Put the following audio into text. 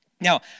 Now